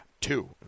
two